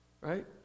Right